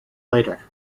later